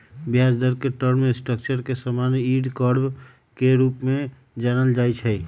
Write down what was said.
ब्याज दर के टर्म स्ट्रक्चर के समान्य यील्ड कर्व के रूपे जानल जाइ छै